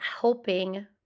helping